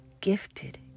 gifted